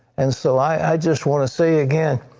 and so i just want to say again,